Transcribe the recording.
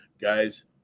guys